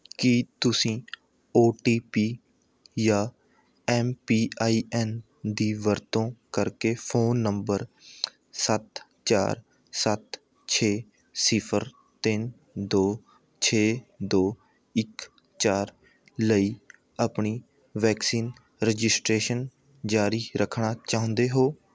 ਕੀ ਤੁਸੀਂ O T P ਜਾਂ M P I N ਦੀ ਵਰਤੋਂ ਕਰਕੇ ਫ਼ੋਨ ਨੰਬਰ ਸੱਤ ਚਾਰ ਸੱਤ ਛੇ ਸਿਫਰ ਤਿੰਨ ਦੋ ਛੇ ਦੋ ਇੱਕ ਚਾਰ ਲਈ ਆਪਣੀ ਵੈਕਸੀਨ ਰਜਿਸਟ੍ਰੇਸ਼ਨ ਜਾਰੀ ਰੱਖਣਾ ਚਾਹੁੰਦੇ ਹੋ